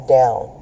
down